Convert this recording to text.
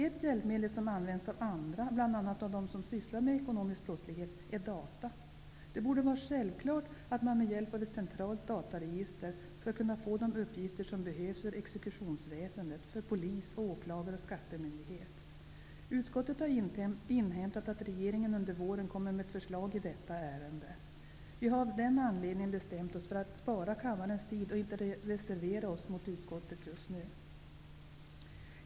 Ett hjälpmedel som används av andra, bl.a. av dem som utreder ekonomisk brottslighet, är datatekniken. Det borde vara självklart att man med hjälp av ett centralt dataregister skall kunna få de uppgifter som behövs för exekutionsväsende, polis, åklagare och skattemyndighet. Utskottet har inhämtat att regeringen under våren kommer med ett förslag i detta ärende. Vi har av den anledningen bestämt oss för att spara kammarens tid och har inte reserverat oss mot utskottet just nu.